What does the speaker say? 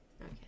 Okay